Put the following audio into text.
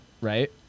right